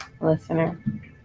Listener